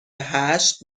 هشت